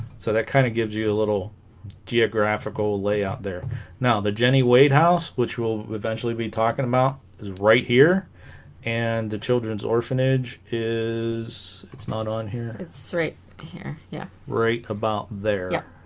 so that kind of gives you a little geographical layout there now the jennie wade house which will eventually be talking about is right here and the children's orphanage is it's not on here it's right here yeah right about there